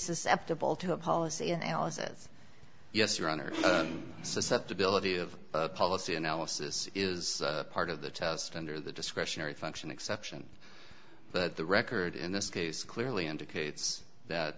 susceptible to policy analysis yes your honor susceptibility of policy analysis is part of the test under the discretionary function exception but the record in this case clearly indicates that